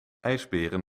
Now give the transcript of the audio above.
ijsberen